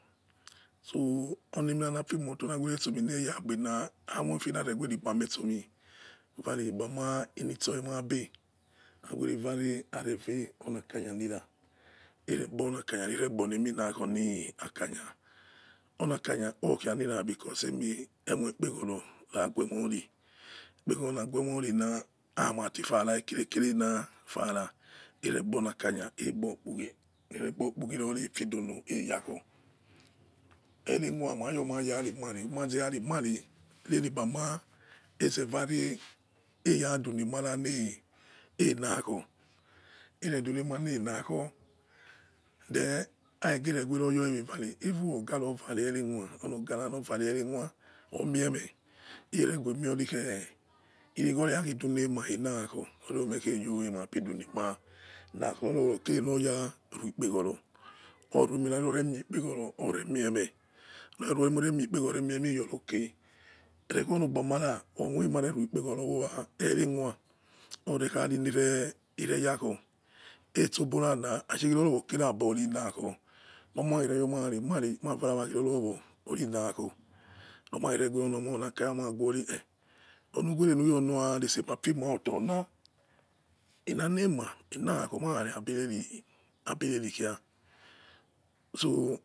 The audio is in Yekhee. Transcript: So ememinamafimato naweresome nera gbena amoife nareweri igbom ai etsomi ware igboma eto nemobe nawerevare nare veh onakanya nira eregbaonakanya eregbone mina onakanya onakanya okia nira because emoi ikpegoro raguemori amatifara ekire nafara eregbonakaya egbokpugie irorefidono eyakho erewa mayomayare ebimazeraremare emi igboma ezevare eradunemara enakho eredunema nenakho then areghere weroyawe wedare even ogara ovare erenwa ogara novare erenwo omieme igumieori khe irighori akhedunema enakho oriemekhayo o ematidunemanakhor oyokhiro kerenora borrow ikpego ro orueminanore mie ikpeghoro oremieme noruemi rore mie ikpegho roremie meh iyori ok urekhono gbomara orue mare ruikpegoro wowa erenwa orekhari nereyakho etsoborana ashe rorowo okeri aborinakho mamao khereyomara remane marawakhi rorowo orinakho romakhere wereonomona kanya onuwere noryasese ma fi moto na enanema enakho marare abireri abirere khia so,